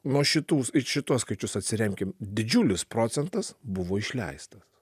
nuo šitų į šituos skaičius atsiremkim didžiulis procentas buvo išleistas